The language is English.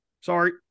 Sorry